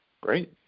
Great